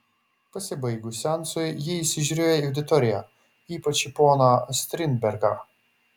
pasibaigus seansui ji įsižiūrėjo į auditoriją ypač į poną strindbergą